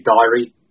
diary